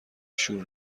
شور